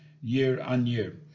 year-on-year